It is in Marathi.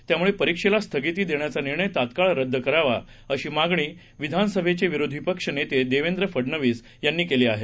त्यामुळे परीक्षेला स्थगिती देण्याचा निर्णय तत्काळ रद्द करावा अशी मागणी विधान सभेचे विरोधी पक्ष नेते देवेंद्र फडनवीस यांनी केली आहे